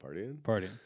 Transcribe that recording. Partying